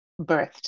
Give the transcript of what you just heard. birthed